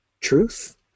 truth